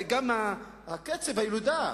וגם קצב הילודה,